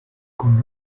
con